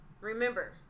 Remember